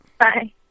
Bye